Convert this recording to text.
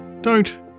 Don't